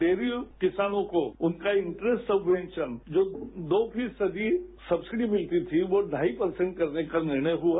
dairy किसानों को उनका इंटरेस्ट सबमेशन जो दो फीसदी सब्मिडी मिलती थी वो ढाई परसेंट करने का निर्णय हुआ